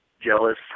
jealous